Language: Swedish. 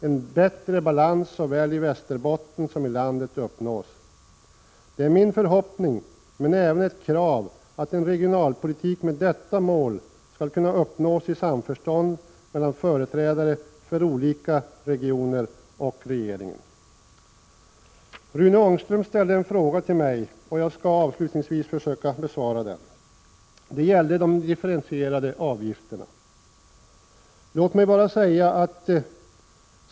En bättre balans såväl i Västerbotten som i landet uppnås. Det är min förhoppning, men även ett krav, att en regionalpolitik med detta mål skall kunna uppnås i samförstånd mellan företrädare för olika regioner och regeringen. Rune Ångström ställde en fråga till mig om de differentierade avgifterna, och jag skall avslutningsvis försöka besvara den frågan.